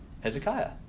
Hezekiah